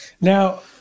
Now